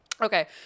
Okay